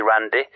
randy